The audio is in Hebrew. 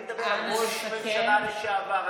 אני מדבר על ראש ממשלה לשעבר,